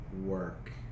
work